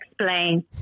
explain